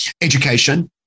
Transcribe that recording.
Education